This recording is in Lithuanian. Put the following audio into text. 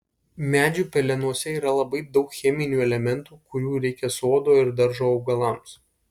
medžių pelenuose yra labai daug cheminių elementų kurių reikia sodo ir daržo augalams